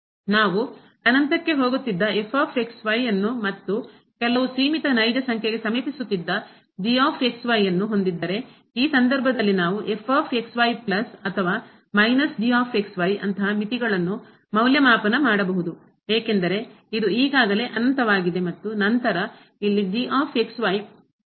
ನಾವು ಅನಂತಕ್ಕೆ ಹೋಗುತ್ತಿದ್ದ ಅನ್ನು ಮತ್ತುಕೆಲವು ಸೀಮಿತ ನೈಜ ಸಂಖ್ಯೆಗೆ ಸಮೀಪಿಸುತ್ತಿದ್ದ ಯನ್ನು ಹೊಂದಿದ್ದರೆ ಈ ಸಂದರ್ಭದಲ್ಲಿ ನಾವು ಪ್ಲಸ್ ಅಥವಾ ಮೈನಸ್ ಅಂತಹ ಮಿತಿಗಳನ್ನು ಮೌಲ್ಯಮಾಪನ ಮಾಡಬಹುದು ಏಕೆಂದರೆ ಇದು ಈಗಾಗಲೇ ಅನಂತವಾಗಿದೆ ಮತ್ತು ನಂತರ ಇಲ್ಲಿ ಗೆ ಸಮಾನವಾಗಿರುತ್ತದೆ